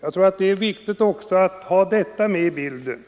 Jag tror att det är viktigt att ha detta med i bilden.